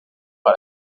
par